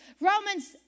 Romans